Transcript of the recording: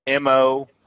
MO